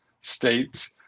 states